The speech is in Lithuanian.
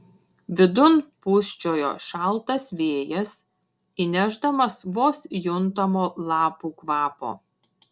vidun pūsčiojo šaltas vėjas įnešdamas vos juntamo lapų kvapo